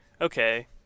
okay